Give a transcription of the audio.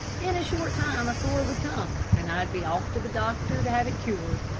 in a short time a sore would come, and i'd be off to the doctor to have it cured.